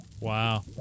Wow